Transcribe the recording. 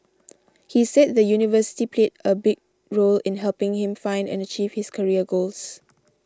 he said the university played a big role in helping him find and achieve his career goals